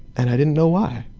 and i didn't know why.